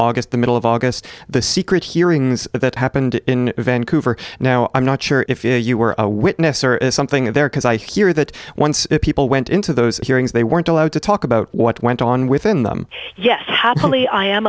august the middle of august the secret hearings that happened in vancouver now i'm not sure if you were a witness or something there because i hear that once people went into those hearings they weren't allowed to talk about what went on within them yes happily i am